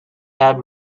had